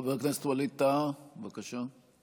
חבר הכנסת וליד טאהא, בבקשה.